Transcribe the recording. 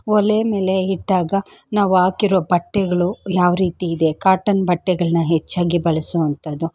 ಒಲೆ ಮೇಲೆ ಇಟ್ಟಾಗ ನಾವು ಹಾಕಿರೊ ಬಟ್ಟೆಗಳು ಯಾವ ರೀತಿ ಇದೆ ಕಾಟನ್ ಬಟ್ಟೆಗಳನ್ನ ಹೆಚ್ಚಾಗಿ ಬಳಸುವಂಥದ್ದು